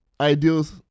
ideals